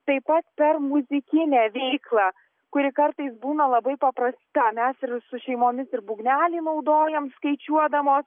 taip pat per muzikinę veiklą kuri kartais būna labai paprasta mes ir su šeimomis ir būgnelį naudojam skaičiuodamos